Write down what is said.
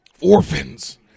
orphans